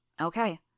Okay